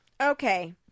Okay